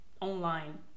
online